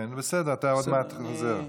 אתה עוד מעט חוזר.